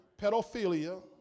pedophilia